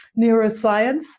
neuroscience